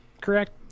correct